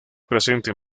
presente